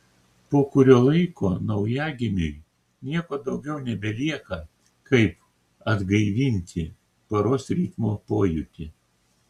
po kurio laiko naujagimiui nieko daugiau nebelieka kaip atgaivinti paros ritmo pojūtį